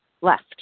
left